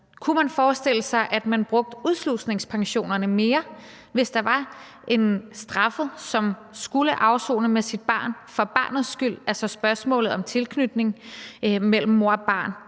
Kunne man forestille sig, at man brugte udslusningspensionerne mere, hvis der var en straffet, som skulle afsone med sit barn for barnets skyld, altså f.eks. på grund af spørgsmålet om tilknytning mellem mor og barn?